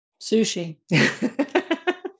Sushi